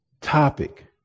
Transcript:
topic